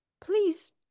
please